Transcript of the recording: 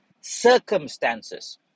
circumstances